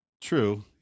True